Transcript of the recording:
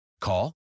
Call